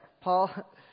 Paul